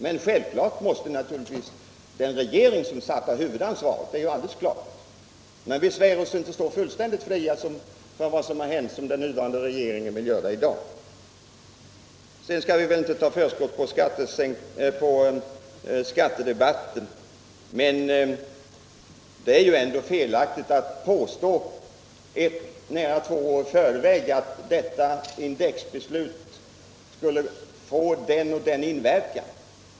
Men självklart måste den dåvarande regeringen bära huvudansvaret. Vi svär oss inte så fullständigt fria från vad som hänt som den dåvarande regeringen nu i opposition vill göra. Sedan skall vi väl inte ta förskott på skattedebatten, men det är ju ändå felaktigt att påstå nära två år i förväg att ett beslut om indexreglering skulle få den och den effekten.